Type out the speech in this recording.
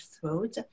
throat